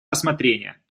рассмотрения